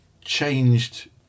changed